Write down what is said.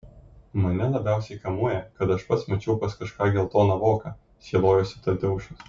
mane labiausiai kamuoja kad aš pats mačiau pas kažką geltoną voką sielojosi tadeušas